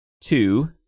two